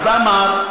אז אמר.